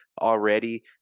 already